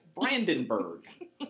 Brandenburg